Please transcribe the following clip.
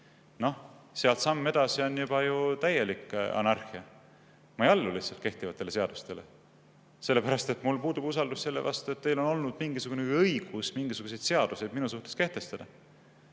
No sealt samm edasi on ju juba täielik anarhia. Ma ei allu lihtsalt kehtivatele seadustele, sellepärast et mul puudub usaldus selle vastu, et teil on olnud mingisugune õigus mingisuguseid seadusi minu suhtes kehtestada.